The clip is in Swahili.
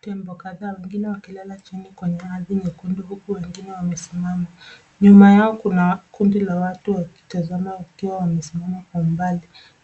Tembo kadhaa wengine wakilala chini kwenye ardhi nyekundu huku wengine wamesimama. Nyuma yao kuna kundi la watu wakitazama wakiwa wamesimama kwa umbali